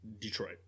Detroit